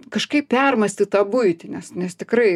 kažkaip permąstyt tą buitį nes nes tikrai